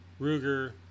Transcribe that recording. Ruger